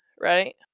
right